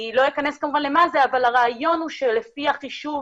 כמובן לא אכנס לזה, אבל הרעיון הוא שלפי החישוב